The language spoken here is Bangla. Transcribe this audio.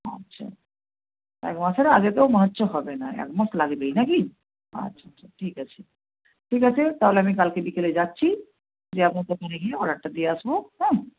আচ্ছা এক মাসের আগে তো মনে হচ্ছে হবে না এক মাস লাগবেই না কি আচ্ছা আচ্ছা ঠিক আছে ঠিক আছে তাহলে আমি কালকে বিকেলে যাচ্ছি গিয়ে আপনার দোকানে গিয়ে অর্ডারটা দিয়ে আসব হ্যাঁ